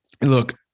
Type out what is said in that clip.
look